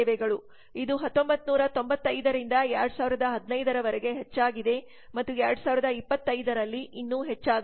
ಇದು 1995 ರಿಂದ 2015 ರವರೆಗೆ ಹೆಚ್ಚಾಗಿದೆ ಮತ್ತು 2025 ರಲ್ಲಿ ಇನ್ನೂ ಹೆಚ್ಚಾಗಲಿದೆ